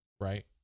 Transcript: right